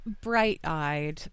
bright-eyed